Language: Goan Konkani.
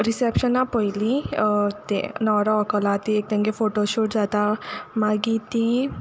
रिशेप्शना पयलीं तें न्होवरो व्होकल आहा ती एक तेंगे फोटोशूट जाता मागी तीं